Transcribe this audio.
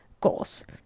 goals